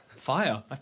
Fire